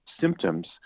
symptoms